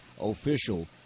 official